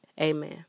amen